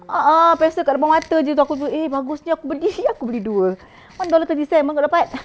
a'ah best nya kat depan mata jer tahu aku beli eh bagusnya aku beli aku beli dua one dollar thirty cent mana kau dapat